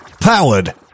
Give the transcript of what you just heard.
powered